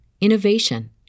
innovation